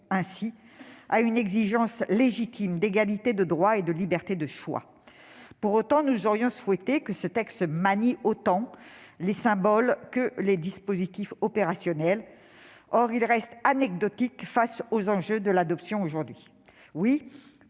ainsi à une exigence légitime d'égalité de droits et de liberté de choix. Pour autant, nous aurions souhaité que ce texte manie autant les symboles que les dispositifs opérationnels. Or il reste anecdotique face aux enjeux de l'adoption aujourd'hui.